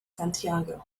santiago